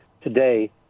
today